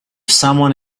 someone